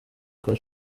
kwa